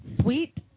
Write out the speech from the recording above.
Sweet